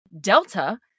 Delta